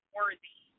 worthy